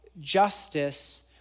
justice